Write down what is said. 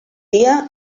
dia